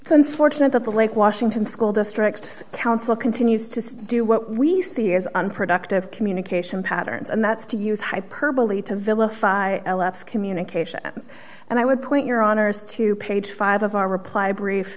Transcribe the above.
it's unfortunate that the lake washington school district council continues to do what we see as unproductive communication patterns and that's to use hyperbole to vilify communication and i would point your honour's to page five of our reply brief